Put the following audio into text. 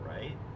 right